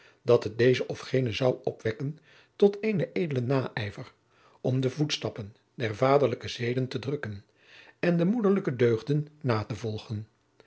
dat het dezen of genen zou opwekken tot eenen edelen naijver om de voetstappen der vaderlijke zeden te drukken en de moederlijke deugden na te volgen